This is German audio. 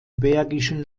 bergischen